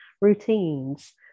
routines